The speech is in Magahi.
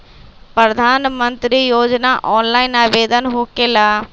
प्रधानमंत्री योजना ऑनलाइन आवेदन होकेला?